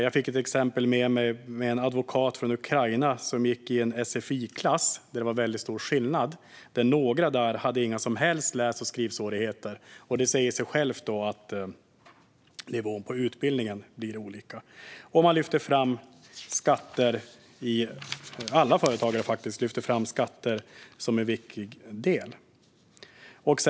Jag fick med mig ett exempel från en advokat från Ukraina, som gick i en sfi-klass där skillnaden var stor. Några hade inga som helst läs och skrivsvårigheter. Det säger sig självt att nivån på utbildningen då kan skilja sig åt. Vidare lyfter alla företagare fram skatter som en viktig del i detta.